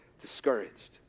discouraged